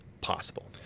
possible